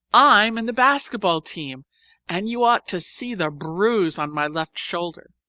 i'm in the basket-ball team and you ought to see the bruise on my left shoulder.